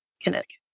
Connecticut